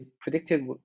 predicted